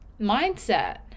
mindset